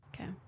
Okay